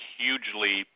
hugely